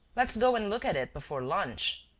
let's go and look at it before lunch.